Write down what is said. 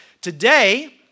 today